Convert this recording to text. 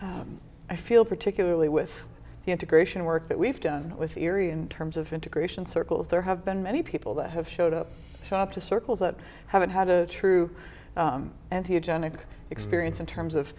i feel particularly with the integration work that we've done with erie in terms of integration circles there have been many people that have showed up shop to circles that haven't had a true and here genic experience in terms of